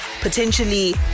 potentially